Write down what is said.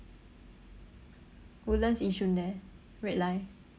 woodlands yishun there red line